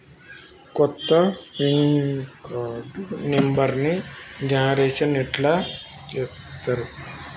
కొత్త pin card నెంబర్ని generation ఎట్లా చేత్తరు?